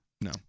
No